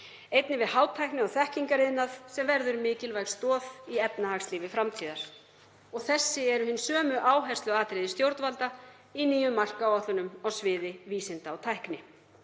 Einnig við hátækni- og þekkingariðnað sem verður mikilvæg stoð í efnahagslífi framtíðar. Þessi eru líka áhersluatriði stjórnvalda í nýjum markáætlunum á sviði vísinda og tækni.